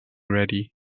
ready